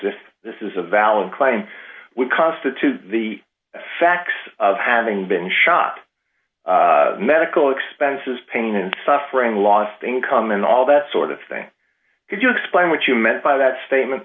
if this is a valid claim would constitute the facts of having been shot medical expenses pain and suffering lost income and all that sort of thing could you explain what you meant by that statement